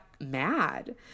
mad